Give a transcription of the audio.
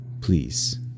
Please